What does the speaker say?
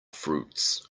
fruits